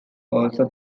also